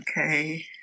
okay